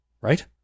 right